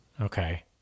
Okay